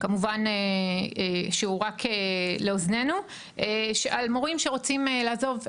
כמובן שהוא רק לאוזננו, על מורים שרוצים לעזוב.